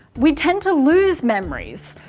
we tend to lose memories.